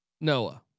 Noah